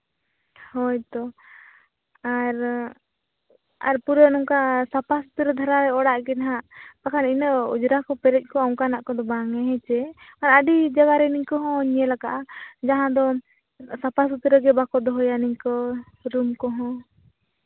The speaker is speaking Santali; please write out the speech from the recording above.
ᱦᱳᱭ ᱛᱚ ᱟᱨ ᱟᱨ ᱯᱩᱨᱟᱹ ᱱᱚᱝᱠᱟ ᱥᱟᱯᱟ ᱥᱩᱛᱨᱟᱹ ᱫᱷᱟᱨᱟ ᱚᱲᱟᱜ ᱜᱮ ᱦᱟᱸᱜ ᱵᱟᱠᱷᱟᱱ ᱤᱱᱟᱹ ᱚᱸᱡᱽᱨᱟ ᱠᱚ ᱯᱮᱨᱮᱡᱽ ᱠᱚᱜᱼᱟ ᱚᱱᱠᱟᱱᱟᱜ ᱠᱚᱫᱚ ᱵᱟᱝ ᱦᱮᱸᱥᱮ ᱟᱨ ᱟᱹᱰᱤ ᱡᱟᱭᱜᱟ ᱨᱮ ᱱᱤᱝᱠᱟᱹ ᱦᱚᱸᱧ ᱧᱮᱞ ᱠᱟᱜᱼᱟ ᱡᱟᱦᱟᱸ ᱫᱚ ᱥᱟᱯᱷᱟ ᱥᱩᱛᱨᱟᱹ ᱜᱮ ᱵᱟᱠᱚ ᱫᱚᱦᱚᱭᱟ ᱱᱤᱝᱠᱟᱹ ᱨᱩᱢ ᱠᱚᱦᱚᱸ